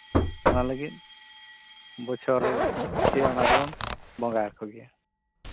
ᱚᱱᱟ ᱞᱟᱹᱜᱤᱫ ᱵᱚᱪᱷᱚᱨ ᱨᱮ ᱫᱚᱵᱚᱱ ᱵᱟᱸᱜᱟ ᱟᱠᱚᱜᱮᱭᱟ